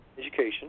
education